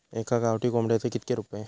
एका गावठी कोंबड्याचे कितके रुपये?